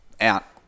out